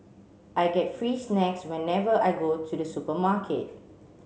I get free snacks whenever I go to the supermarket